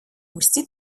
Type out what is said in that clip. густі